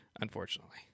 unfortunately